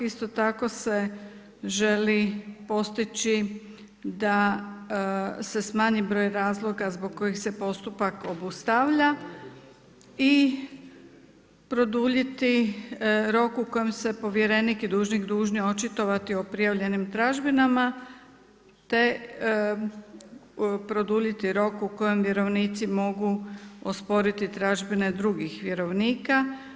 Isto tako se želi postići da se smanji broj razloga bog kojih se postupak obustavlja i produljiti rok u kojem se povjerenik i dužnik dužni očitovati o prijavljenim tražbinama te produljiti rok u kojem vjerovnici mogu osporiti tražbine drugih vjerovnika.